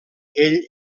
ell